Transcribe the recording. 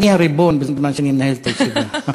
אני הריבון בזמן שאני מנהל את הישיבה.